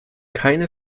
keine